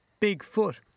Bigfoot